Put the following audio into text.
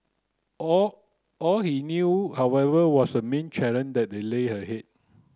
all all he knew however was the main challenge that the lay ahead